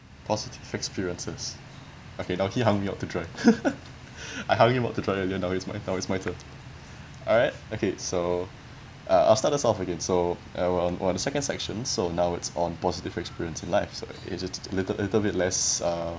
positive experiences okay hung me out to dry I hung you out to dry again now it's my now it's my turn alright okay so uh I'll start us off again so uh we're on we're on the second the section so now it's on positive experience life so it's a little a little bit less uh